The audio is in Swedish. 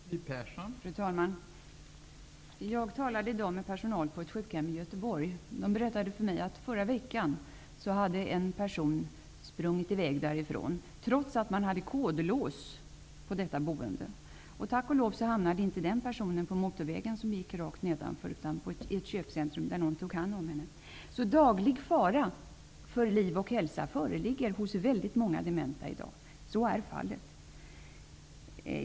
Fru talman! Jag talade i dag med personalen på ett sjukhem i Göteborg. Personalen berättade för mig att en person i förra veckan hade sprungit i väg därifrån, trots att man hade kodlås. Tack och lov hamnade inte den här personen på motorvägen rakt nedanför utan i ett köpcentrum där någon tog hand om henne. Så daglig fara för liv och hälsa föreligger för väldigt många dementa i dag. Så är fallet.